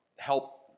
Help